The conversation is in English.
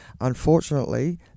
Unfortunately